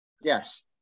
Yes